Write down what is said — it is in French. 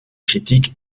critique